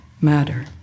matter